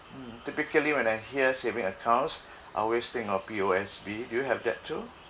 mm typically when I hear saving accounts I always think of P_O_S_B do you have that too